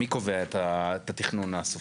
מי קובע את התכנון הסופי?